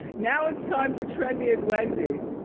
now it's time for trendy and wendy.